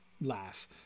laugh